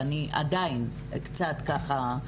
ואני עדיין קצת מרגישה ככה.